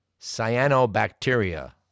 cyanobacteria